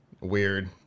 weird